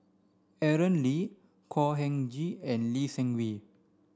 Aaron Lee Khor Ean Ghee and Lee Seng Wee